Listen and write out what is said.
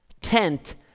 tent